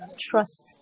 trust